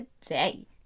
today